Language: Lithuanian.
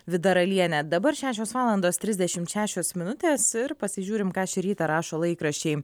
vida ralienė dabar šešios valandos trisdešimt šešios minutės ir pasižiūrim ką šį rytą rašo laikraščiai